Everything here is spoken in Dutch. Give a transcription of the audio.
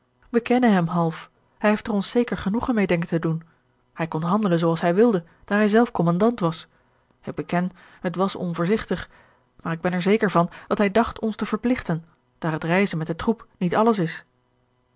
wij kennen hem half hij heeft er ons zeker genoegen meê denken te doen hij kon handelen zooals hij wilde daar hij zelf kommandant was ik beken het was onvoorzigtig maar ik ben er zeker van dat hij dacht ons te verpligten daar het reizen met den troep niet alles is